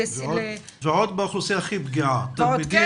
ועוד באוכלוסייה הכי פגיעה, תלמידים.